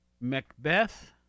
Macbeth